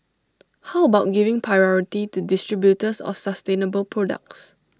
how about giving priority to distributors of sustainable products